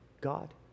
God